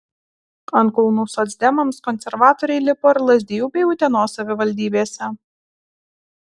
ant kulnų socdemams konservatoriai lipo ir lazdijų bei utenos savivaldybėse